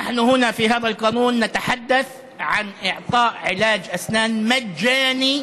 אנחנו פה בחוק הזה מדברים על מתן טיפולי שיניים